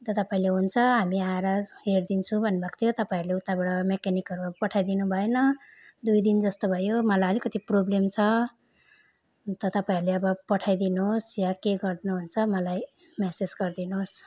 अन्त तपाईँले हुन्छ हामी आएर हेरिदिन्छु भन्नुभाको थियो तपाईँहरूले उताबटा मेकेनिकहरू पठाइदिनु भएन दुईदिन जस्तो भयो मलाई अलिकति प्रब्लम छ अन्त तपाईँहरूले अब पठाइदिनुहोस् या के गर्नुहुन्छ मलाई मेसेज गरिदिनुहोस्